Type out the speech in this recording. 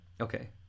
okay